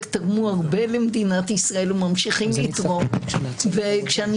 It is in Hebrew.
בית המשפט כבר פסל חוק או חוקים בסגנון כי אחרת אני